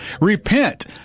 Repent